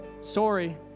Sorry